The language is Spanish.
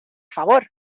favor